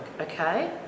okay